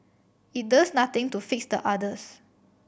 it does nothing to fix the others